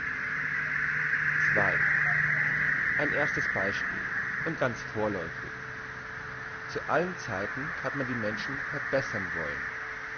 ein erstes beispiel und ganz vorläufig zu allen zeiten hat man die menschen verbessern wollen